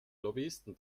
lobbyisten